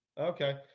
Okay